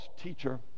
teacher